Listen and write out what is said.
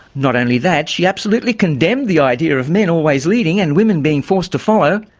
not only that, she absolutely condemned the idea of men always leading and women being forced to follow.